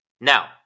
Now